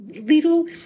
little